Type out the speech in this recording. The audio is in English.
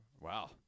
Wow